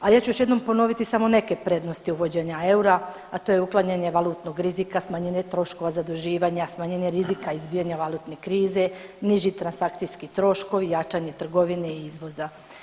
A ja ću još jednom ponoviti samo neke prednosti uvođenja eura, a to je uklanjanje valutnog rizika, smanjenje troškova zaduživanja, smanjenje rizika, izbijanja valutne krize, niži transakcijski troškovi, jačanje trgovine i izvoza.